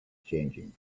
changing